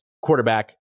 Quarterback